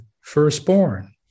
firstborn